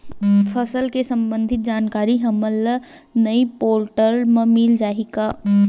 फसल ले सम्बंधित जानकारी हमन ल ई पोर्टल म मिल जाही का?